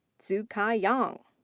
so kai yang.